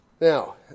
Now